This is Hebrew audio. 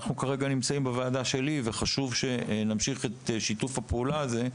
אנחנו נמצאים עכשיו בוועדה שלי וחשוב שנמשיך את שיתוף הפעולה הזה,